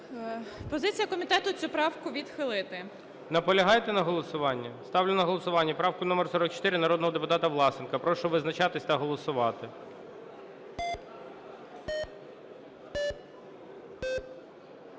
Позиція комітету – цю правку відхилити. ГОЛОВУЮЧИЙ. Наполягаєте на голосуванні? Ставлю на голосування правку номер 44 народного депутата Власенка. Прошу визначатися та голосувати.